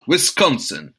wisconsin